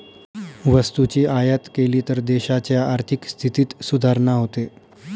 वस्तूची आयात केली तर देशाच्या आर्थिक स्थितीत सुधारणा होते